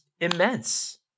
immense